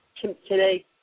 today